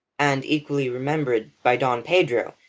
and equally remembered by don pedro.